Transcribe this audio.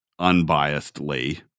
unbiasedly